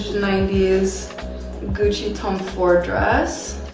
nineties gucci tom ford dress.